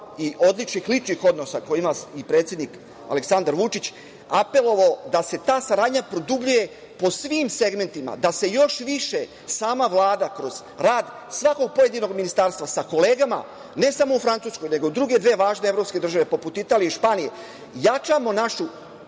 i odličnih ličnih odnosa koje ima predsednik Aleksandar Vučić apelovao da se ta saradnja produbljuje po svim segmentima, da se još više sama Vlada kroz rad svakog pojedinog ministarstva sa kolegama, ne samo u Francuskoj nego i druge dve važne evropske države, poput Italije i Španije, jačamo našu